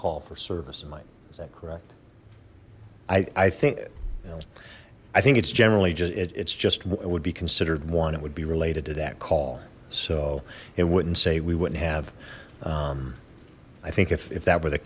call for service in mine is that correct i think i think it's generally just it's just what would be considered one it would be related to that call so it wouldn't say we wouldn't have i think if that were the